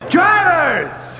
Drivers